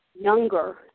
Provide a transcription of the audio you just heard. younger